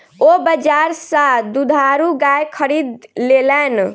ओ बजार सा दुधारू गाय खरीद लेलैन